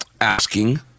asking